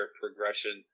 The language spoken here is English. progression